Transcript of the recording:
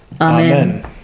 Amen